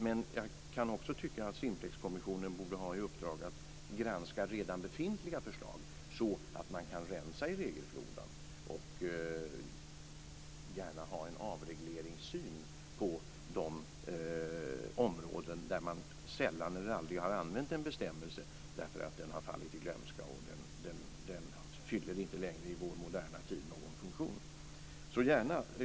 Men jag kan också tycka att Simplexkommissionen borde ha i uppdrag att granska redan befintliga förslag så att man kan rensa i regelfloran och gärna ha en avregleringssyn på de områden där man sällan eller aldrig har använt en bestämmelse därför att den har fallit i glömska och inte längre fyller någon funktion i vår moderna tid.